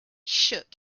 shook